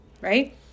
right